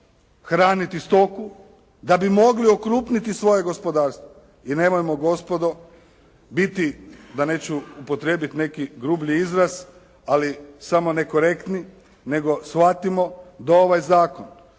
hraniti stoku, da bi mogli okrupniti svoje gospodarstvo i nemojmo gospodo biti da neću upotrijebiti neki grupni izraz ali samo nekorektni. Nego shvatimo da ovaj zakon